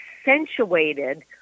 accentuated